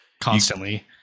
constantly